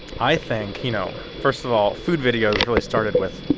i think you know, first of all, food videos really started with,